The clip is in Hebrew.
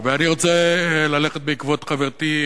אני רוצה ללכת בעקבות חברתי,